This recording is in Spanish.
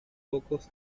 pocos